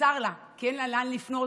בצר לה, כי אין לה לאן לפנות,